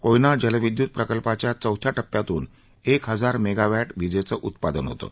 कोयना जलविद्युत प्रकल्पाच्या चौथ्या टप्प्यातून एक हजार मेगावॅट विजेचं उत्पादन होतं